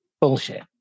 bullshit